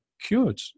cured